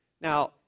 Now